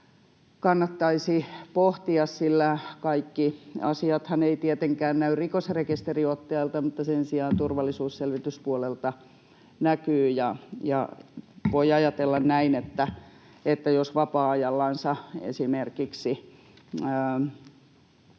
kannattaisi pohtia, sillä kaikki asiathan eivät tietenkään näy rikosrekisteriotteelta, mutta sen sijaan turvallisuusselvityspuolelta näkyvät. Voi ajatella näin, että jos vapaa-ajallansa esimerkiksi